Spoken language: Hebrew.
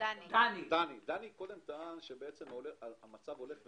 דני קודם טען שהמצב הולך ומחריף.